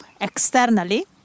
externally